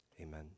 Amen